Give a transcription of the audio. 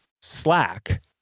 slack